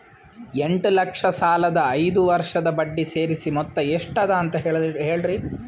ಎಂಟ ಲಕ್ಷ ಸಾಲದ ಐದು ವರ್ಷದ ಬಡ್ಡಿ ಸೇರಿಸಿ ಮೊತ್ತ ಎಷ್ಟ ಅದ ಅಂತ ಹೇಳರಿ?